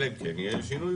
אלא אם כן יהיה שינוי,